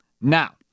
Now